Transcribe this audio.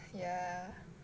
yeah